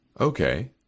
Okay